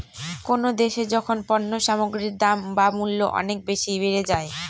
কোনো দেশে যখন পণ্য সামগ্রীর দাম বা মূল্য অনেক বেশি বেড়ে যায়